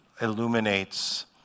illuminates